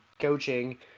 coaching